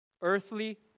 Earthly